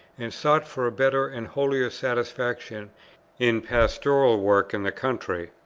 and sought for a better and holier satisfaction in pastoral work in the country.